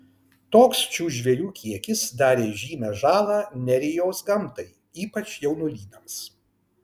toks šių žvėrių kiekis darė žymią žalą nerijos gamtai ypač jaunuolynams